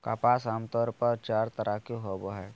कपास आमतौर पर चार तरह के होवो हय